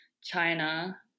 China